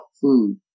food